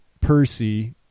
Percy